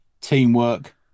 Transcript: Teamwork